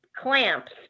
clamps